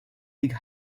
big